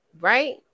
Right